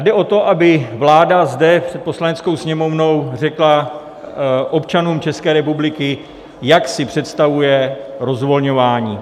Jde o to, aby vláda zde před Poslaneckou sněmovnou řekla občanům České republiky, jak si představuje rozvolňování.